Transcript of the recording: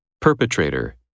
Perpetrator